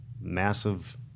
massive